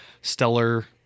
stellar